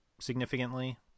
significantly